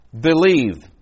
Believe